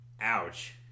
Ouch